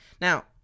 Now